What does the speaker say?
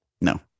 No